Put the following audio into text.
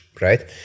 right